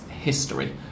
history